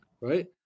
right